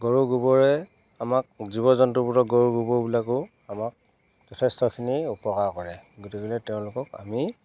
গৰুৰ গোবৰে আমাক জীৱ জন্তুবোৰৰ গৰু গোবৰবিলাকেও আমাক যথেষ্টখিনি উপকাৰ কৰে গতিকে তেওঁলোকক আমি